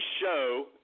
show